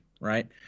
right